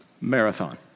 Marathon